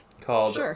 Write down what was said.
called